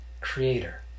creator